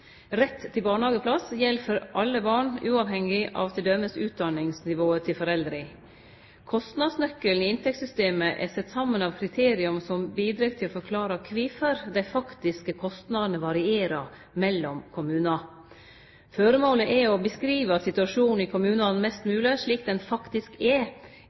Rett til barnehageplass gjeld for alle barn, uavhengig av t.d. utdaningsnivået til foreldra. Kostnadsnøkkelen i inntektssystemet er sett saman av kriterium som bidreg til å forklare kvifor dei faktiske kostnadene varierer mellom kommunar. Føremålet er å beskrive situasjonen i kommunane mest mogleg slik han faktisk er,